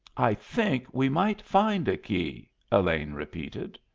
i think we might find a key, elaine repeated.